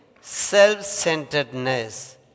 self-centeredness